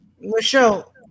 Michelle